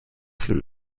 flu